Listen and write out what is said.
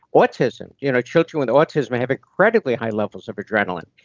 autism, you know children with autism have incredibly high levels of adrenaline,